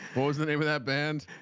what was the name of that band.